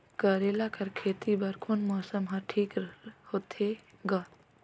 करेला कर खेती बर कोन मौसम हर ठीक होथे ग?